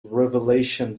revelation